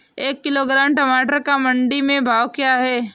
एक किलोग्राम टमाटर का मंडी में भाव क्या है?